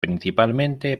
principalmente